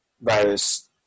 virus